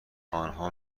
آنها